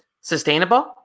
Sustainable